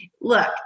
Look